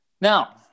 Now